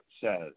says